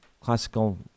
classical